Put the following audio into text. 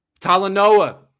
Talanoa